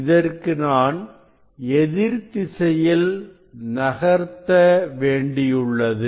இதற்கு நான் எதிர்திசையில் நகர்த்த வேண்டியுள்ளது